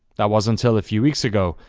that was until a few weeks ago,